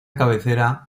cabecera